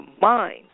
mind